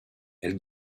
elle